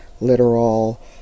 literal